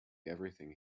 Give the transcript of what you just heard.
everything